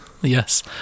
yes